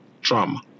trauma